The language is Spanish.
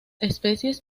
especies